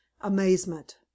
amazement